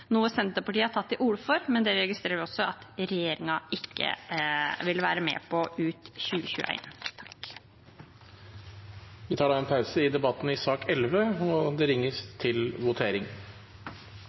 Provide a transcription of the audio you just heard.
noe Senterpartiet har tatt til orde for. Men vi registrerer at heller ikke det vil regjeringen være med på. Vi tar da en pause i debatten i sak nr. 11, og det